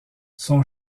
son